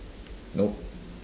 nope